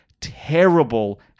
Terrible